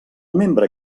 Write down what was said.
membre